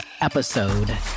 episode